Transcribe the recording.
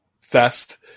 fest